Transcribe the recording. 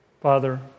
Father